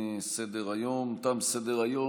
תתמוך בהצעת החוק.